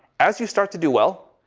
as you start to do well.